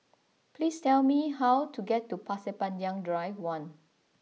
please tell me how to get to Pasir Panjang Drive One